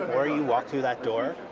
walk through that door,